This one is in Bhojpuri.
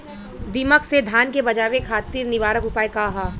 दिमक से धान के बचावे खातिर निवारक उपाय का ह?